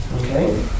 Okay